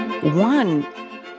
One